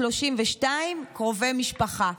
232 קרובי משפחה,